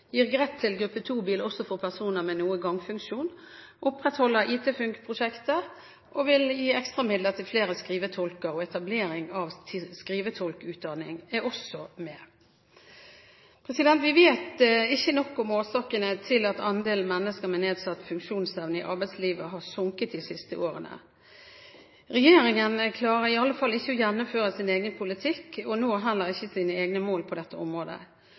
gir rett til gruppe 2-bil også for personer med noe gangfunksjon, og vi opprettholder IT Funk-prosjektet. Ekstra midler til flere skrivetolker og etablering av skrivetolkutdanning er også med. Vi vet ikke nok om årsakene til at andelen mennesker med nedsatt funksjonsevne i arbeidslivet har sunket de siste årene. Regjeringen klarer iallfall ikke å gjennomføre sin egen politikk og når heller ikke sine egne mål på dette området.